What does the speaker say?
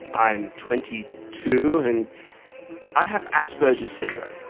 i am twenty two and i have asperger's syndrome.